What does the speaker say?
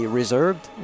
reserved